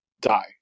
die